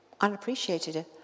unappreciated